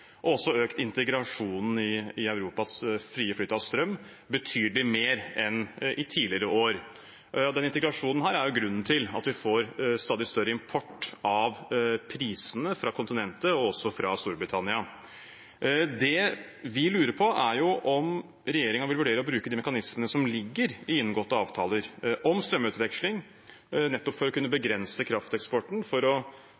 og økt integrasjonen i Europas frie flyt av strøm betydelig mer enn i tidligere år. Denne integrasjonen er grunnen til at vi får stadig større import av prisene fra kontinentet og Storbritannia. Det vi lurer på, er om regjeringen vil vurdere å bruke de mekanismene som ligger i inngåtte avtaler om strømutveksling, nettopp for å kunne begrense krafteksporten, for å holde strømprisene nede og unngå at fyllingsgraden i vannmagasinene synker ytterligere. Det ville være nettopp å